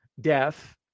death